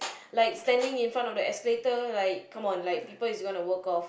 like standing in front of the escalator like come on like people is going to walk off